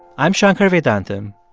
i'm shankar vedantam,